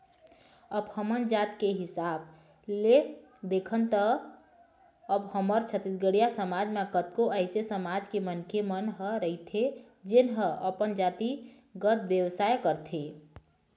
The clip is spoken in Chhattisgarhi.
अब हमन जात के हिसाब ले देखन त अब हमर छत्तीसगढ़िया समाज म कतको अइसे समाज के मनखे मन ह रहिथे जेन ह अपन जातिगत बेवसाय करथे